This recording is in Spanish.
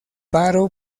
paro